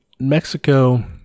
Mexico